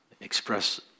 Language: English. express